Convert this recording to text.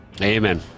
Amen